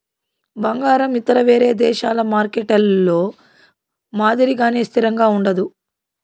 బంగారం ఇతర వేరే దేశాల మార్కెట్లలో మాదిరిగానే స్థిరంగా ఉండదు